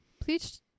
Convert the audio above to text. Please